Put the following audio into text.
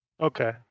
Okay